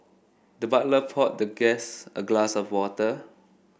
the butler poured the guest a glass of water